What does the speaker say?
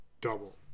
double